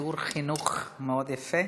שיעור חינוך מאוד יפה.